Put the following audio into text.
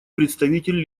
представитель